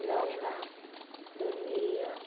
लवंगां दोन मिऱ्यां